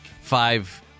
five